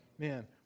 Man